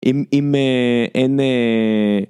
‫אם אה.. אין אה..